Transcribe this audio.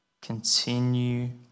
Continue